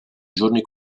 giorni